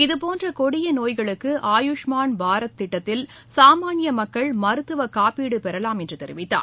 இதபோன்ற கொடிய நோய்களுக்கு ஆயுஷ்மான் பாரத் திட்டத்தில் சாமானிய மக்கள் மருத்துவக் காப்பீடு பெறலாம் என்று தெரிவித்தார்